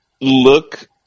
look